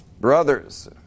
brothers